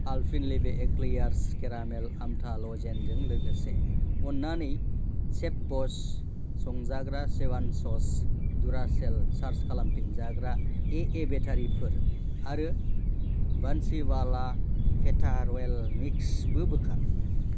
Alpenliebe Eclairs caramel आमथा lozenges लोगोसे अन्नानै शेफब'स संजाग्रा चेजवान सस डुरासेल सार्ज खालामफिनजाग्रा ए ए बेटारिफोर आरो बन्सिवाला पेथा र'येल मिक्सबो बोखार